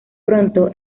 pronto